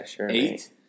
Eight